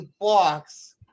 box